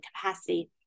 capacity